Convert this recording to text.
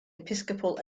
episcopal